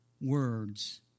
words